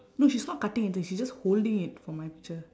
no she's not cutting anything she's just holding it for my picture